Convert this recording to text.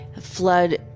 flood